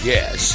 Yes